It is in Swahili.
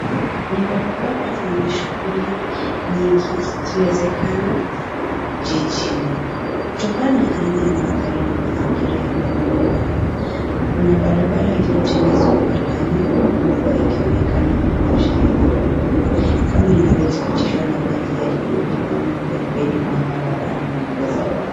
Ni barabara yenye shughuli nyingi ikiwezekana jijini kutokana na aina ya magari na mazingira yanayoonekana. Kuna barabara iliyotengenezwa kwa lami huku mvua ikionekana kunyesha hivi karibuni kama inavyodhibitishwa na maji yaliyotuama pembeni mwa barabara na nguo za watu.